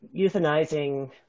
euthanizing